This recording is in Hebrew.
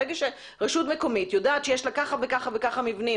ברגע שרשות מקומית יודעת שיש לה ככה וככה מבנים